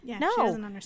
No